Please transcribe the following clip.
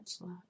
love